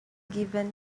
given